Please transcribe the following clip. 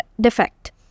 defect